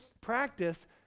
practice